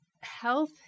health